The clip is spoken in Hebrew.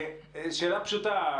שאלה פשוטה,